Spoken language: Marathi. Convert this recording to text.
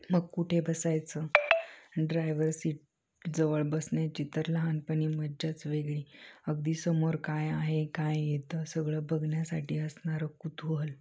मग कुठे बसायचं ड्रायवर सीट जवळ बसण्याची तर लहानपणी मज्जाच वेगळी अगदी समोर काय आहे काय येतं सगळं बघण्यासाठी असणारं कुतुहल